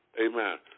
amen